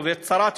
השרה,